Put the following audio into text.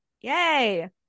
yay